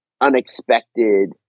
unexpected